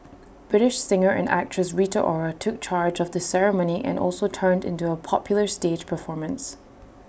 British singer and actress Rita Ora took charge of the ceremony and also turned in A popular stage performance